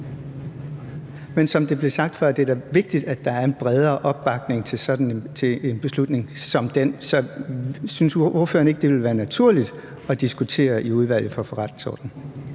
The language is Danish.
Men som det blev sagt før, er det da vigtigt, at der er en bredere opbakning til en beslutning som den. Så synes ordføreren ikke, det ville være naturligt at diskutere det i Udvalget for Forretningsordenen?